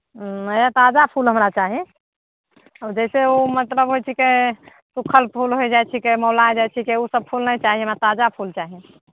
उं नया ताजा फूल हमरा चाही जैसे ओ मतलब होइ छिकै सुक्खल फूल होइ जाइ छिकै मौला जाइ छिकै ओ सब फूल नहि चाही हमरा ताजा फूल चाही